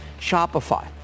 Shopify